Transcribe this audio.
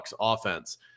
offense